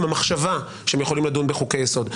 המחשבה שהם יכולים לדון בחוקי-יסוד.